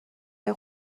های